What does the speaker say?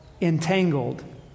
entangled